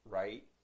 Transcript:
right